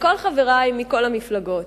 לכל חברי מכל המפלגות,